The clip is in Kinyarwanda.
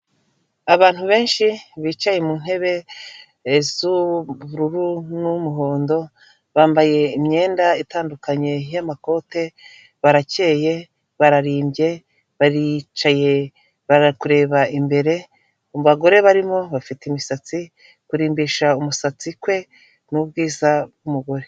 Abantu benshi bicaye mu ntebe z'ubururu n'umuhondo, bambaye imyenda itandukanye y'amakote, barakeye, bararimbye, baricaye bari kureba imbere. Mu bagore barimo bafite imisatsi, kurimbisha umusatsi kwe n'ubwiza bw'umugore.